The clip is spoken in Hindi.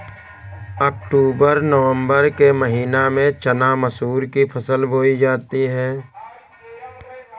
अक्टूबर नवम्बर के महीना में चना मसूर की फसल बोई जाती है?